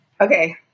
okay